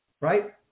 right